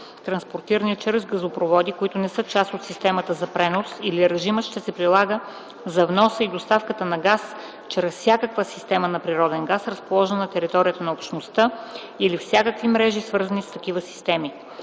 транспортиран чрез газопроводи, които не са част от системата за пренос, или режимът ще се прилага за вноса и доставката на газ чрез всякакви системи за природен газ, разположени на територията на Общността, или всякакви мрежи, свързани с такива системи.